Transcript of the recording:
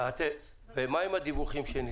ומה עם הדיווחים?